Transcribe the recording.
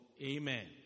Amen